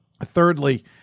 Thirdly